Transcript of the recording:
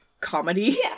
comedy